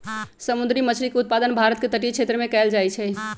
समुंदरी मछरी के उत्पादन भारत के तटीय क्षेत्रमें कएल जाइ छइ